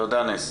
תודה, נס.